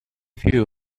few